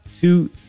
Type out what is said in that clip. Two